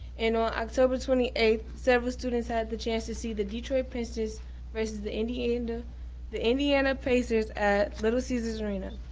and on october twenty eighth, several students had the chance to see the detroit pistons versus the indiana and the indiana pacers at little caesar's arena.